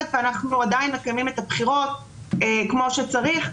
ואנחנו עדיין מקיימים את הבחירות כמו שצריך.